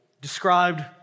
described